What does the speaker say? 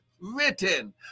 written